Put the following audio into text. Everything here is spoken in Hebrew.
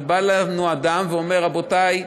בא אלינו אדם ואומר: רבותי,